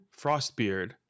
Frostbeard